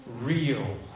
real